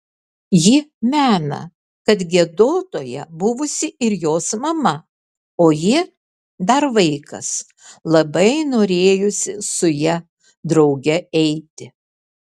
ji mena kad giedotoja buvusi ir jos mama o ji dar vaikas labai norėjusi su ja drauge eiti